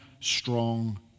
strong